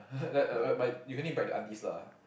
but you can only brag the aunties lah